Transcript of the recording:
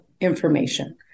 information